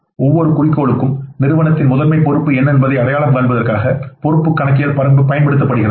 ஒவ்வொரு குறிக்கோளுக்கும் நிறுவனத்தின் முதன்மைப் பொறுப்பு என்ன என்பதை அடையாளம் காண்பதற்காக பொறுப்பு கணக்கியல் பயன்படுத்தப்படுகிறது